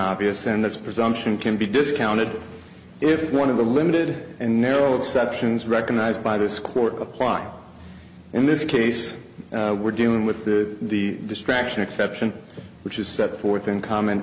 obvious and that's presumption can be discounted if one of the limited and narrow exceptions recognized by this court apply in this case we're dealing with the the distraction exception which is set forth in common